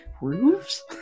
Roofs